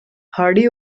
hardy